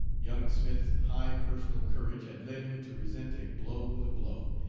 young smith's high personal courage had led him to resent a blow with a blow,